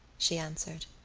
she answered.